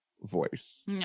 voice